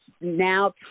now